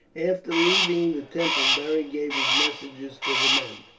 after leaving the temple beric gave his messages to the men,